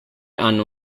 hanno